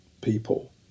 people